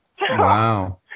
Wow